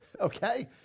okay